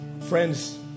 Friends